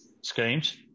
schemes